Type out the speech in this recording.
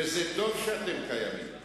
וטוב שאתם קיימים,